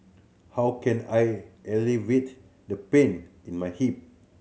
how can I alleviate the pain in my hip